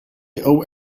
owe